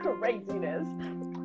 craziness